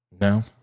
No